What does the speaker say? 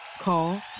Call